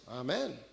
Amen